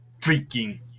freaking